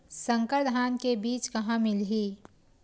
संकर धान के बीज कहां मिलही?